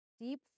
deep